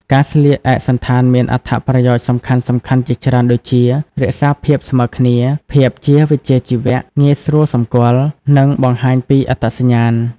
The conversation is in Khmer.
ការស្លៀកឯកសណ្ឋានមានអត្ថប្រយោជន៍សំខាន់ៗជាច្រើន ដូចជា រក្សាភាពស្មើគ្នា ភាពជាវិជ្ជាជីវៈ ងាយស្រួលសម្គាល់ និងបង្ហាញពីអត្តសញ្ញាណ។